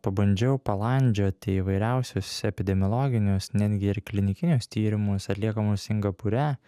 pabandžiau palandžioti įvairiausius epidemiologinius netgi ir klinikinius tyrimus atliekamus singapūre